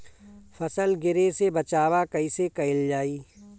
फसल गिरे से बचावा कैईसे कईल जाई?